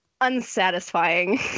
unsatisfying